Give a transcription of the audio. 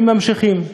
הם ממשיכים.